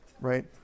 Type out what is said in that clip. right